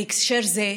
בהקשר זה,